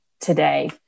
today